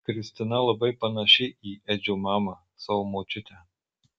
kristina labai panaši į edžio mamą savo močiutę